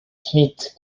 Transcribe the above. smith